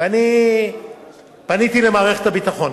אני פניתי למערכת הביטחון